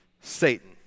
Satan